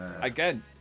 Again